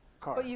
car